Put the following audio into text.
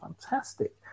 fantastic